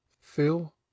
Phil